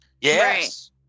Yes